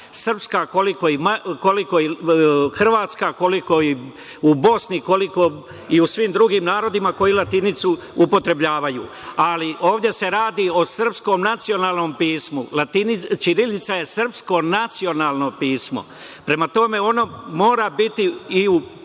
srpska koliko i hrvatska, koliko u Bosni, koliko i u svim drugim narodima, koji latinicu upotrebljavaju, ali ovde se radi o srpskom nacionalnom pismu. Ćirilica je srpsko nacionalno pismo. Prema tome, ono mora biti u